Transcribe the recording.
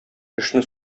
эшне